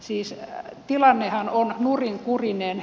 siis tilannehan on nurinkurinen